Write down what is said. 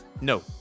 No